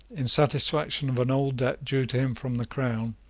in satisfaction of an old debt due to him from the crown,